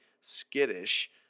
skittish